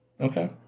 Okay